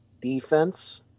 defense